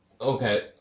Okay